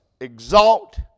exalt